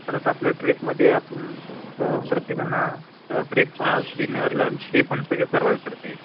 परत आपल्या ट्रेकमध्ये आपण प्रत्येकांना ब्रेकफास्ट डिनर लंच हे पण सगळे सर्वाइव करते